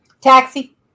Taxi